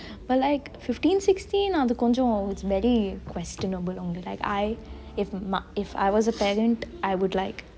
but like fifteen sixteen அது கொஞ்சொ:athu konjo is very questionable only like I if I was a parent I would like